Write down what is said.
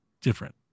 different